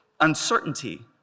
uncertainty